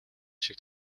шиг